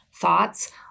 thoughts